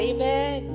Amen